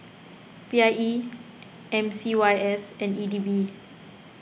P I E M C Y S and E D B